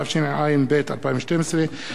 התשע"ב 2012,